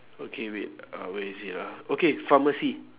okay wait uh where is it ah okay pharmacy